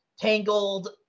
Tangled